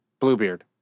Bluebeard